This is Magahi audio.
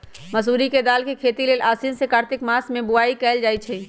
मसूरी के दाल के खेती लेल आसीन से कार्तिक मास में बोआई कएल जाइ छइ